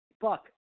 fuck